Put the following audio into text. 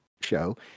show